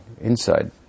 inside